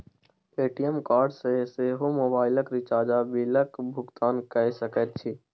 ATM card सँ सेहो मोबाइलक रिचार्ज आ बिलक भुगतान कए सकैत छी